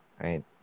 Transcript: Right